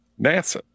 NASA